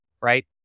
right